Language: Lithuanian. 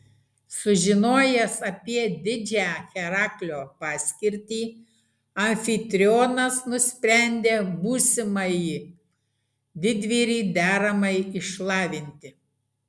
sužinojęs apie didžią heraklio paskirtį amfitrionas nusprendė būsimąjį didvyrį deramai išlavinti